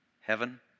heaven